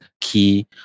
key